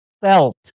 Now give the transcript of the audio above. felt